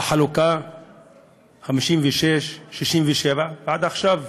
החלוקה, 56', 67', ועד עכשיו.